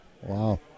Wow